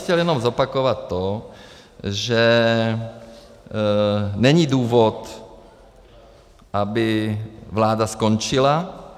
Chtěl bych jenom zopakovat to, že není důvod, aby vláda skončila.